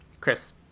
Chris